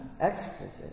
exquisite